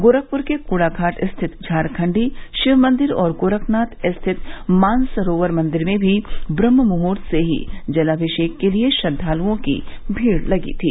गोरखपुर के क्ड़ाघाट स्थित झारखंडी शिव मंदिर और गोरखनाथ स्थित मानसरोवर मंदिर में भी ब्रह्ममुहूर्त से ही जलामिषेक के लिए श्रद्धालुओं की भीड़ लगी थी